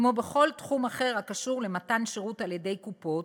כמו בכל תחום אחר הקשור למתן שירות על-ידי קופות,